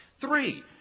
three